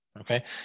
okay